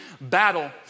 battle